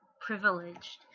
privileged